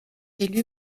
élu